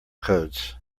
codes